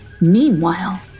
Meanwhile